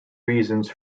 reasons